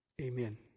Amen